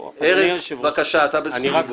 ארז, בבקשה, אתה בזכות דיבור.